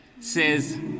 says